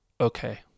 okay